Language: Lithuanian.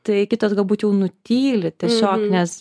tai kitos galbūt jau nutyli tiesiog nes